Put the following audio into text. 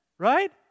Right